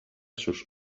sus